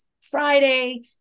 Friday